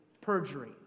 perjury